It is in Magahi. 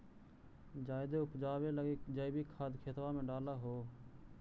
जायदे उपजाबे लगी जैवीक खाद खेतबा मे डाल हो?